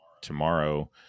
tomorrow